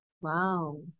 wow